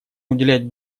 уделять